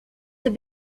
have